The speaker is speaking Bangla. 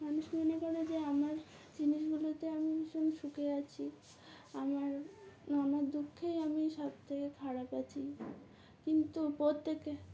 মানুষ মনে করে যে আমার জিনিসগুলোতে আমি ভীষণ শুখে আছি আমার নানা দুঃখেই আমি সবথেকে খারাপ আছি কিন্তু প্রত্যেকে